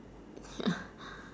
ya